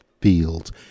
fields